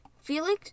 Felix